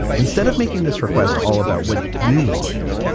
instead of making this request all about what you want,